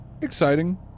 exciting